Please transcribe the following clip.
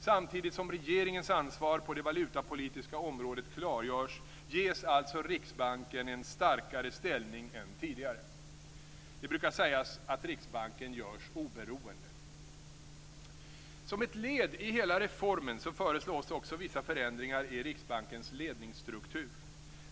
Samtidigt som regeringens ansvar på det valutapolitiska området klargörs, ges alltså Riksbanken en starkare ställning än tidigare. Det brukar sägas att Riksbanken görs "oberoende". Som ett led i hela reformen föreslås också vissa förändringar i Riksbankens ledningsstruktur.